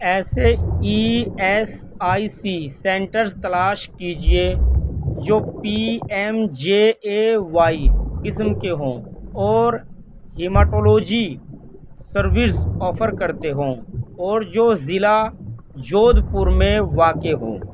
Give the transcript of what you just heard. ایسے E S I C centres تلاش کیجیے جو P M J A Y قسم کے ہوں اور ہیماٹولوجی سروز آفر کرتے ہوں اور جو ضلع جودھ پور میں واقع ہوں